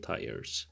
Tires